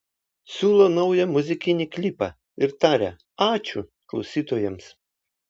siūlo naują muzikinį klipą ir taria ačiū klausytojams